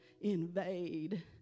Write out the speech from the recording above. invade